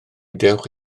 dewch